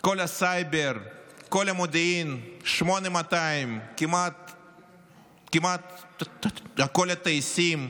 כל הסייבר, כל המודיעין, 8200, כמעט כל הטייסים,